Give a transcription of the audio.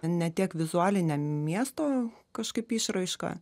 ne tiek vizualine miesto kažkaip išraiška